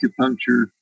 acupuncture